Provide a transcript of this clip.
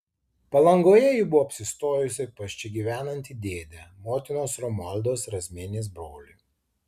palangoje ji buvo apsistojusi pas čia gyvenantį dėdę motinos romualdos razmienės brolį